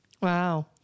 Wow